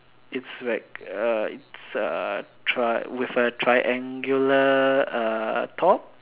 it's like uh it's a tri~ with a triangular err top